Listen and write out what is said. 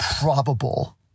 probable